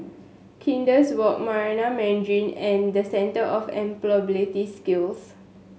Kandis Walk Marina Mandarin and Centre of Employability Skills